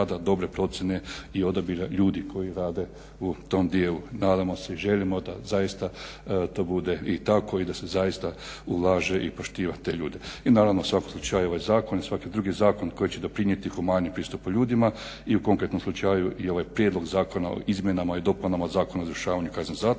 i odabira ljudi koji rade u tom dijelu. Nadamo se i želimo da zaista to bude i tako, i da se zaista ulaže i poštiva te ljude, i naravno u svakom slučaju ove zakone. Svaki drugi zakon koji će doprinijeti humanijem pristupu ljudima i u konkretnom slučaju i ovaj prijedlog Zakon o izmjenama i dopunama Zakona o izvršavanju kazne zatvora.